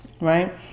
right